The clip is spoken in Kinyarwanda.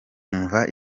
umva